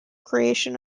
creation